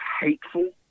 hateful